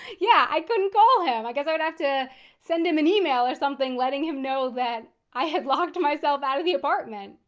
yeah, i couldn't call him. i guess i would have to send him an email or something letting him know that i had locked myself out of the apartment.